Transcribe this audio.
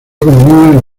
economía